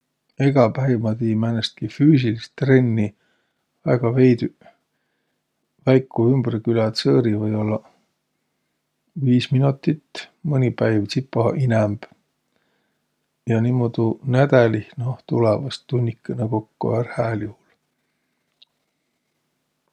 Egä päiv ma tii määnestki füüsilist trenni väega veidüq. Väiku ümbre külä tsõõri või-ollaq, viis minotit, mõni päiv tsipa inämb. Ja niimuudu nädälih noh, tulõ vaest tunnikõnõ kokko ärq hääl juhul.